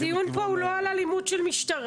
הדיון פה הוא לא על אלימות של משטרה.